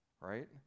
right